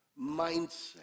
mindset